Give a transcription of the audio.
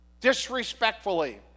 disrespectfully